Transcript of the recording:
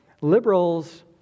Liberals